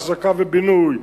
אחזקה ובינוי,